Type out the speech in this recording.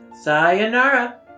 Sayonara